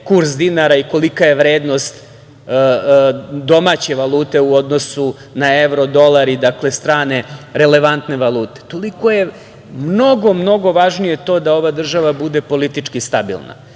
kurs dinara i kolika je vrednost domaće valute u odnosu na evro, dolar i strane relevantne valute. Toliko je mnogo, mnogo važnije to da ova država bude politički stabilna,